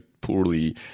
poorly